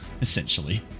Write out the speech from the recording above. essentially